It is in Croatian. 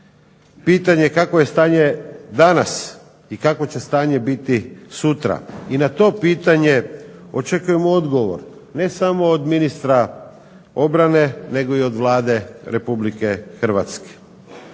pitanje kakvo je stanje danas i kakvo će stanje biti sutra. I na to pitanje očekujemo odgovor, ne samo od ministra obrane nego i od Vlade Republike Hrvatske.